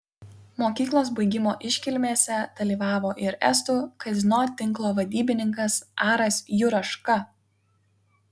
mokyklos baigimo iškilmėse dalyvavo ir estų kazino tinklo vadybininkas aras juraška